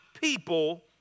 people